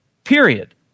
period